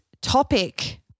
topic